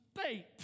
state